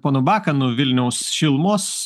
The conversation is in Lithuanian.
ponu bakanu vilniaus šilumos